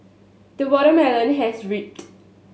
the watermelon has ripened